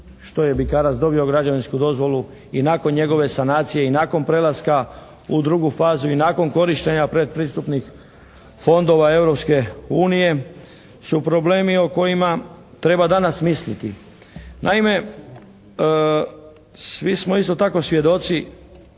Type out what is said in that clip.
što je Bikarac dobio građevinsku dozvolu i nakon njegove sanacije i nakon prelaska u drugu fazu i nakon korištenja pretpristupnih fondova Europske unije su problemi o kojima treba danas misliti. Naime, svi smo isto tako svjedoci